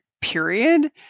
period